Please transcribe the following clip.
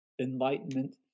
enlightenment